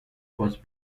was